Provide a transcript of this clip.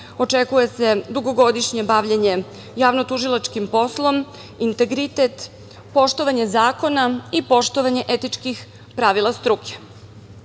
očekuje se dugogodišnje bavljenje javno-tužilačkim poslom, integritet, poštovanje zakona i poštovanje etičkih pravila struke. Ono